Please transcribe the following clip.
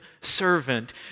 servant